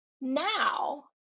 now